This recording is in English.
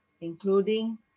including